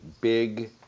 big